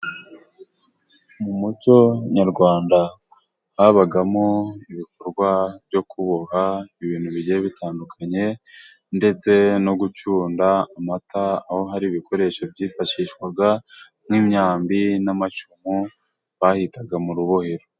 Mu muco nyarwanda habagamo ibikorwa byo kuboha ibintu bigiye bitandukanye ndetse no gucunda amata aho hari ibikoresho byifashishwaga nk'imyambi n'amacumu bahitaga mu rubohero.